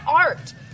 art